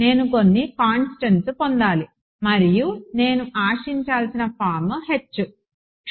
నేను కొన్ని కాన్స్టెంట్స్ పొందాలి మరియు నేను ఆశించాల్సిన ఫారమ్ H